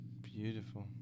beautiful